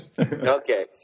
Okay